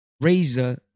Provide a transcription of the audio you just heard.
razor